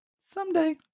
someday